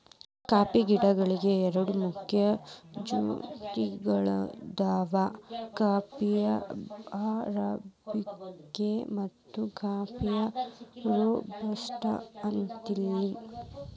coffee ಗಿಡಗಳಲ್ಲಿ ಎರಡು ಮುಖ್ಯ ಜಾತಿಗಳದಾವ ಕಾಫೇಯ ಅರಾಬಿಕ ಮತ್ತು ಕಾಫೇಯ ರೋಬಸ್ಟ ಅಂತೇಳಿ